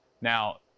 Now